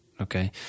Okay